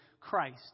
Christ